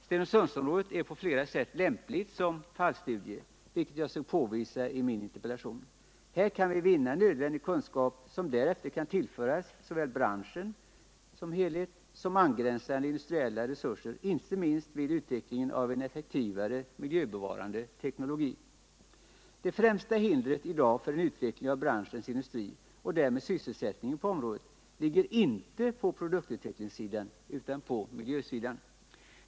Stenungsundsområdet är på flera sätt lämpligt som fallstudie, vilket jag sökt påvisa i min interpellation. Här kan vi vinna nödvändig kunskap som därefter kan tillföras såväl branschen som helhet som angränsande industriella resurser —- inte minst vid utvecklingen av en effektivare miljöbevarande teknologi. Det främsta hindret i dag för en utveckling av branschens industri och därmed sysselsättningen på området ligger inte på produktutvecklingssidan utan på miljösidan.